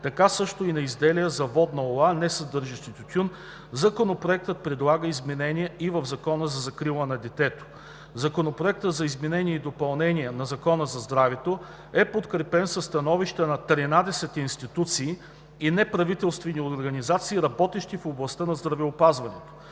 така също и на изделия за водна лула, несъдържащи тютюн, Законопроектът предлага изменение и в Закона за закрила на детето. Законопроектът за изменение и допълнение на Закона за здравето е подкрепен със становища от 13 институции и неправителствени организации, работещи в областта на здравеопазването.